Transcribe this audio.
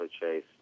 Chase